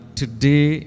today